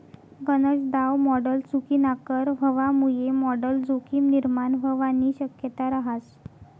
गनज दाव मॉडल चुकीनाकर व्हवामुये मॉडल जोखीम निर्माण व्हवानी शक्यता रहास